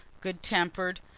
good-tempered